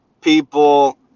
people